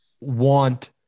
want